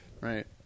right